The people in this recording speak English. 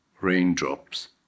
raindrops